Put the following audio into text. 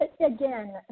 again